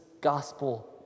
gospel